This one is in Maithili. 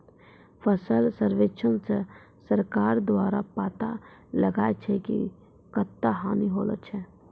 फसल सर्वेक्षण से सरकार द्वारा पाता लगाय छै कि कत्ता हानि होलो छै